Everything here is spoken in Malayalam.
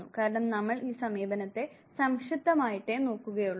കാരണം നമ്മൾ ഈ സമീപനത്തെ സംക്ഷിപ്തമായിട്ടേ നോക്കുകയൊള്ളു